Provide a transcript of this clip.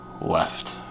left